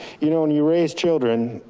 you know, when you raise children,